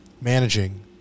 managing